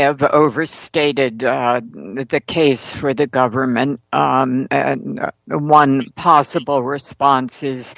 have overstated the case for the government no one possible responses